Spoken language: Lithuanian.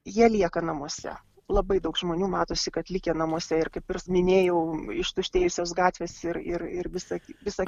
jie lieka namuose labai daug žmonių matosi kad likę namuose ir kaip ir minėjau ištuštėjusios gatvės ir ir ir visa visa